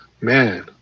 man